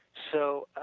so,